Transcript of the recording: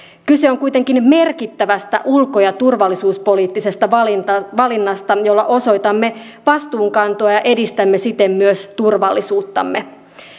kyse on kuitenkin merkittävästä ulko ja turvallisuuspoliittisesta valinnasta valinnasta jolla osoitamme vastuunkantoa ja edistämme siten myös turvallisuuttamme